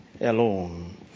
alone